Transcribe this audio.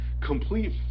complete